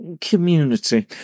community